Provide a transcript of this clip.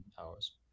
hours